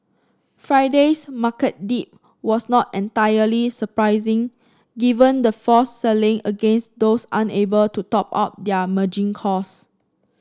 Friday's market dip was not entirely surprising given the forced selling against those unable to top up their margin calls